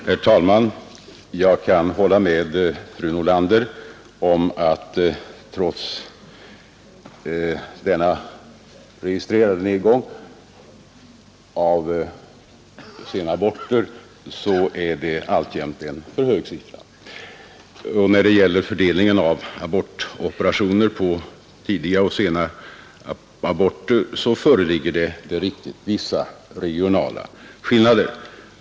Herr talman! Jag kan hålla med fru Nordlander om att det trots denna registrerade nedgång i antalet sena aborter alltjämt är en för hög siffra. Och när det gäller fördelningen av abortoperationer på tidiga och sena aborter föreligger det — det är riktigt — vissa regionala skillnader.